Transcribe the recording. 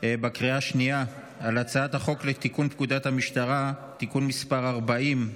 בקריאה השנייה על הצעת החוק לתיקון פקודת המשטרה (תיקון מס' 40),